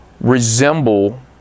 resemble